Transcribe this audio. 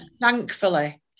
thankfully